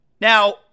Now